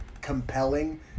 compelling